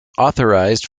authorized